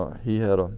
he had